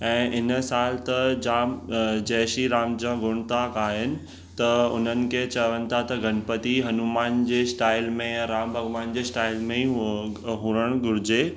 ऐं हिन सालु त जाम जय श्री राम जा गुण था गाइनि त हुननि खे चवनि था त गणपति हनुमान जे स्टाइल में या राम भॻिवान जे स्टाइल में ई हुजण घुरिजे